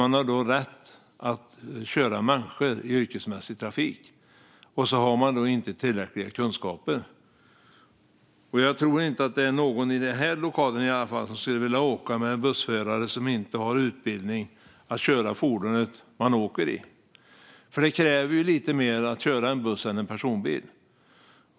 Man har alltså rätt att köra människor i yrkesmässig trafik, men man har inte tillräckliga kunskaper. Jag tror inte att det är någon här i lokalen som skulle vilja åka med en bussförare som inte har utbildning att köra det fordon man åker i. Det kräver ju lite mer att köra en buss än en personbil.